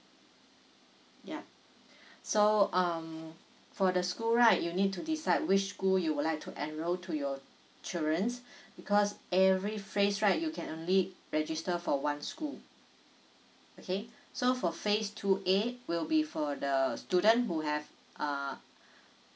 ya so um for the school right you need to decide which school you would like to enrol to your children's because every phase right you can only register for one school okay so for phase two A will be for the student who have uh